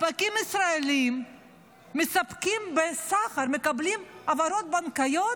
ספקים ישראלים מספקים סחר, מקבלים העברות בנקאיות,